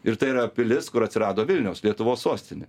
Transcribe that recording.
ir tai yra pilis kur atsirado vilnius lietuvos sostinė